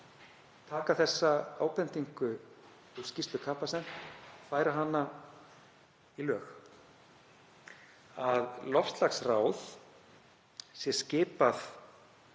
taka þessa ábendingu úr skýrslu Capacent og færa hana í lög, að loftslagsráð sé skipað